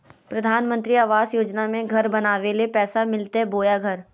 प्रधानमंत्री आवास योजना में घर बनावे ले पैसा मिलते बोया घर?